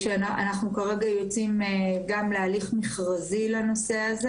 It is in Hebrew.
אנחנו כרגע יוצאים גם להליך מכרזי לנושא הזה